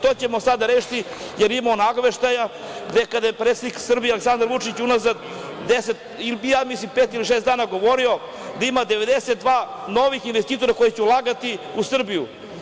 To ćemo sada rešiti, jer imamo nagoveštaja, gde kada je predsednik Srbije, Aleksandar Vučić unazad pet ili šest dana govorio, da ima 92 novih investitora koji će ulagati u Srbiju.